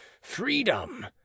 freedom